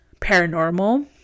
paranormal